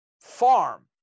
farm